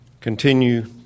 continue